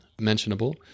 mentionable